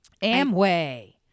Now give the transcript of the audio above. Amway